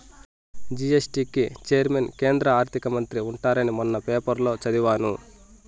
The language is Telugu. జీ.ఎస్.టీ కి చైర్మన్ కేంద్ర ఆర్థిక మంత్రి ఉంటారని మొన్న పేపర్లో చదివాను